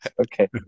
Okay